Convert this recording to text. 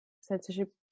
censorship